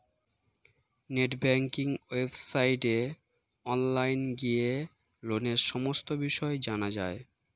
net banking ওয়েবসাইটে online গিয়ে লোনের সমস্ত বিষয় জানা যায়